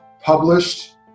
published